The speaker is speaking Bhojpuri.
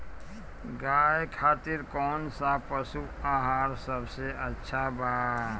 गाय खातिर कउन सा पशु आहार सबसे अच्छा बा?